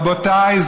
רבותיי,